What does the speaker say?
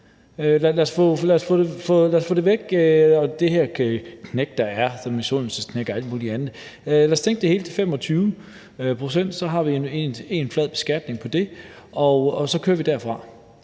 Lad os få det her knæk, der er, væk, altså det her misundelsesknæk og alt muligt andet. Lad os sænke det hele til 25 pct. Så har vi én flad beskatning på det, og så kører vi derfra.